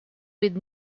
with